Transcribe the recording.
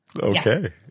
okay